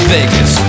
Vegas